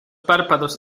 párpados